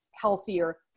healthier